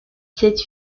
cette